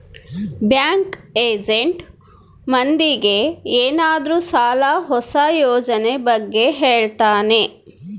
bank agent ಮಂದಿಗೆ ಏನಾದ್ರೂ ಸಾಲ ಹೊಸ ಯೋಜನೆ ಬಗ್ಗೆ ಹೇಳ್ತಾನೆ